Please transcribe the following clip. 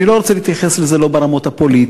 אני לא רוצה להתייחס לזה לא ברמות הפוליטיות,